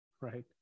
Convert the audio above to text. Right